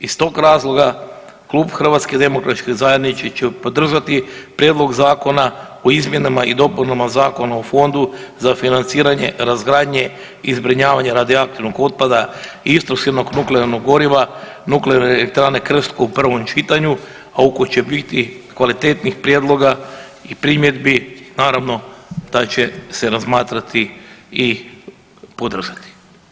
Iz tog razloga Klub HDZ-a će podržati Prijedlog zakona o izmjenama i dopunama Zakona o fondu za financiranje razgradnje i zbrinjavanje radioaktivnog otpada i istrošenog nuklearnog goriva Nuklearne elektrane Krško u prvom čitanju, a ukoliko će biti kvalitetnih prijedloga i primjedbi naravno da će se razmatrati i podržati.